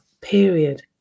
period